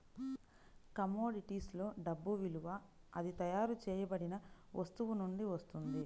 commodities లో డబ్బు విలువ అది తయారు చేయబడిన వస్తువు నుండి వస్తుంది